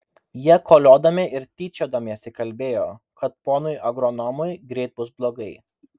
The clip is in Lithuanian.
jie koliodami ir tyčiodamiesi kalbėjo kad ponui agronomui greit bus blogai